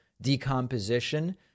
decomposition